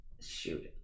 shoot